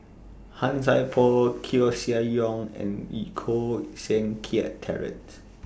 Han Sai Por Koeh Sia Yong and Koh Seng Kiat Terence